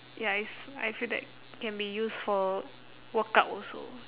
ya it's I feel that can be used for workout also